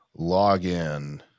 Login